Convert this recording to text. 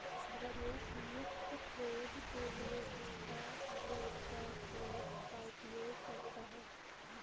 रमेश मुफ्त ट्रेड के लिए स्टॉक ब्रोकर ऐप का उपयोग करता है